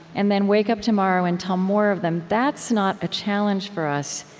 and then wake up tomorrow and tell more of them. that's not a challenge for us.